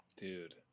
dude